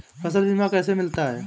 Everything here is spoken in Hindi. फसल बीमा कैसे मिलता है?